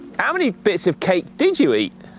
how many bits of cake did you eat?